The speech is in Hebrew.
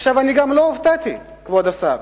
עכשיו, אני גם לא הופתעתי, כבוד השר.